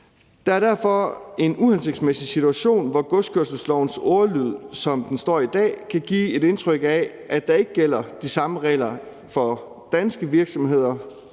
Det er derfor en uhensigtsmæssig situation, at godskørselslovens ordlyd, som den er i dag, kan give et indtryk af, at der ikke gælder de samme regler for danske virksomheders